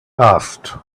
asked